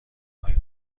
های